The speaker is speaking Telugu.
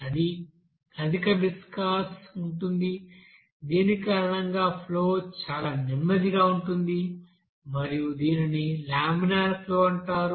అధిక విస్కాస్ ఉంటుంది దీని కారణంగా ఫ్లో చాలా నెమ్మదిగా ఉంటుంది మరియు దీనిని లామినార్ ఫ్లో అంటారు